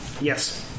Yes